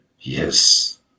Yes